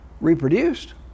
reproduced